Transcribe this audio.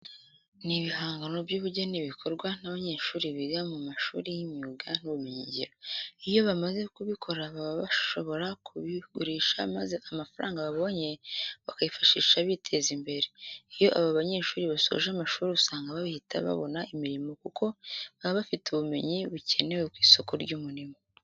Ni ibihangano by'ubugeni bikorwa n'abanyeshuri biga mu mashuri y'imyuga n'ubumenyingiro. Iyo bamaze kubikora baba bashobora kubigurisha maza amafaranga babonye bakayifashisha biteza imbere. Iyo aba banyeshuri basoje amashuri usanga bahita babona imirimo kuko baba bafite ubumenyi bukenewe ku isoko ry'umurimo.